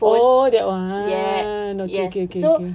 oh that [one] okay okay okay